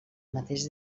mateix